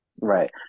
Right